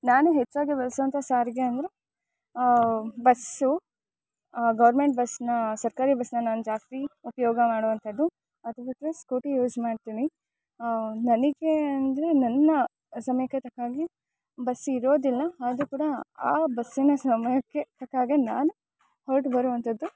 ನಾನು ಹೆಚ್ಚಾಗಿ ಬಳ್ಸುವಂಥ ಸಾರಿಗೆ ಅಂದರೆ ಬಸ್ಸು ಗೌರ್ಮೆಂಟ್ ಬಸ್ಸ್ನ ಸರ್ಕಾರಿ ಬಸ್ಸ್ನ ನಾನು ಜಾಸ್ತಿ ಉಪಯೋಗ ಮಾಡುವಂಥದ್ದು ಅದು ಬಿಟ್ಟರೆ ಸ್ಕೂಟಿ ಯೂಸ್ ಮಾಡ್ತಿನಿ ನನಗೆ ಅಂದರೆ ನನ್ನ ಸಮಯಕ್ಕೆ ತಕ್ಕ ಹಾಗೆ ಬಸ್ ಇರೋದಿಲ್ಲ ಆದರು ಕೂಡ ಆ ಬಸ್ಸಿನ ಸಮಯಕ್ಕೆ ತಕ್ಕ ಹಾಗೆ ನಾನು ಹೊರ್ಟು ಬರುವಂಥದ್ದು